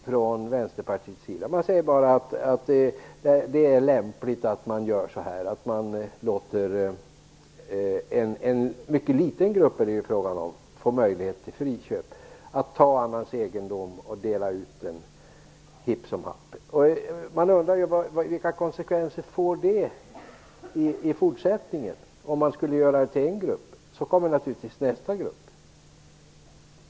Man säger bara att det är lämpligt att man låter en mycket liten grupp, som det är fråga om, få möjlighet till friköp, alltså att det är lämpligt att ta annans egendom och dela ut hipp som happ. Man undrar: Vilka konsekvenser skulle det få i fortsättningen? Om man gör det till en grupp kommer naturligtvis nästa grupp.